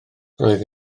roedd